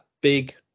big